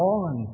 on